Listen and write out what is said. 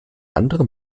andere